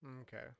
Okay